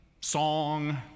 song